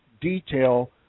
detail